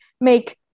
make